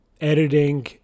editing